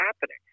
happening